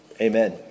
Amen